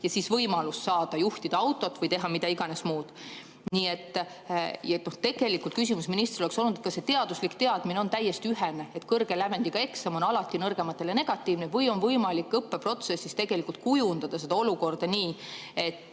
tulemus, võimalus saada juhtida autot või teha mida iganes muud. Nii et küsimus ministrile oleks olnud, kas see teaduslik teadmine on täiesti ühene, et kõrge lävendiga eksam on alati nõrgematele negatiivne, või on võimalik õppeprotsessis kujundada seda olukorda nii, et